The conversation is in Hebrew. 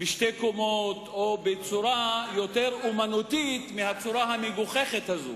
אולי בשתי קומות או בצורה יותר אמנותית מהצורה המגוחכת הזאת.